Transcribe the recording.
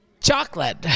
chocolate